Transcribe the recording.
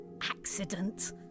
accident